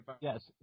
Yes